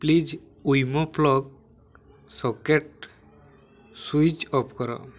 please ୱିମୋ plug socket switch off କର